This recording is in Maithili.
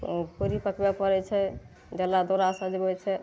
तऽ ओ पूड़ी पकबय पड़य छै डाला दौड़ा सजबय छै